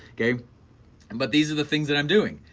okay and but these are the things that i'm doing.